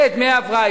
ודמי הבראה,